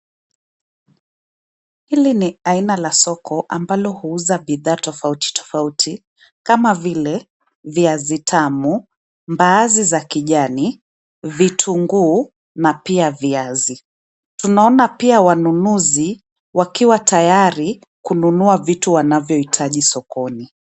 Hili ni aina la soko ambalo huuza bidha tofauti tofauti kama vile viazi tamu, mbaazi za kijani, vitunguu na pia viazi. Tunaona pia wanunuzi wakiwa tayari kununua vitu wanavyohitaji sokoni.